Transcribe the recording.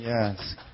Yes